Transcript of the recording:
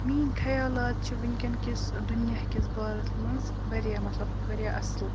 میٛٲنۍ خَیالات چھِ وٕنکٮ۪ن کِس دُنیا کِس بارَس منٛز واریاہ مطلب واریاہ اَصٕل